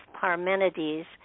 Parmenides